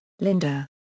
Linda